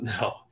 No